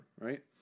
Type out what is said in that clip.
right